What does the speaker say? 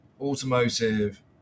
automotive